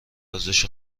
ارزش